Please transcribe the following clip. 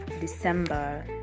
December